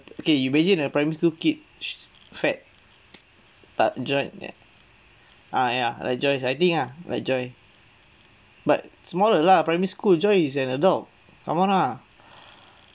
okay you imagine a primary school kid which is fat but joy ya uh ya like joy's I think ya like joy but smaller lah primary school joy is an adult come on lah